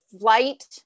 flight